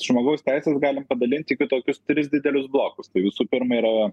žmogaus teises galim padalint į kitokius tris didelius blokus tai visų pirma yra